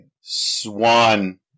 Swan